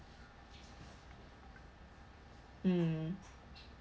mm